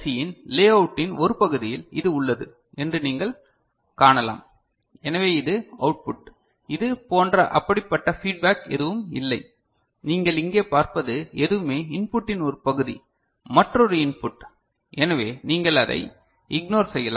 யின் லேஅவுட்டின் ஒரு பகுதியில் இது உள்ளது என்று நீங்கள் காணலாம் எனவே இது அவுட்புட் இது போன்ற அப்படிப்பட்ட ஃபீட்பேக் எதுவும் இல்லை நீங்கள் இங்கே பார்ப்பது எதுவுமே இன்புட்டின் ஒரு பகுதி மற்றொரு இன்புட் எனவே நீங்கள் அதை இக்னோர் செய்யலாம்